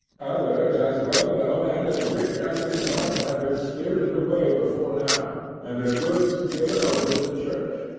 others as well known and as rich as himself had been spirited away before now, and their goods given over to the church.